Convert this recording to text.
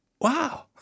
Wow